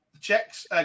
Checks